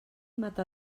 mata